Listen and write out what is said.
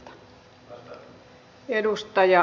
arvoisa puhemies